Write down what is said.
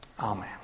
Amen